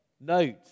note